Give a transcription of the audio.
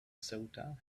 ceuta